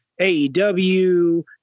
aew